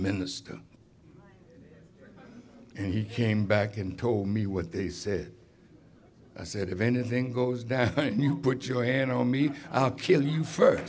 minister and he came back and told me what they said i said if anything goes down put your hand on me i'll kill you first